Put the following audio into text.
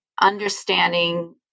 understanding